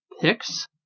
picks